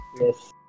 yes